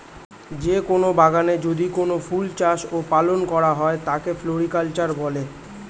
যে কোন বাগানে যদি কোনো ফুল চাষ ও পালন করা হয় তাকে ফ্লোরিকালচার বলে